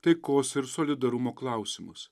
taikos ir solidarumo klausimus